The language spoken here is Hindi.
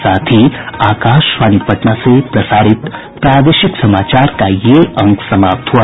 इसके साथ ही आकाशवाणी पटना से प्रसारित प्रादेशिक समाचार का ये अंक समाप्त हुआ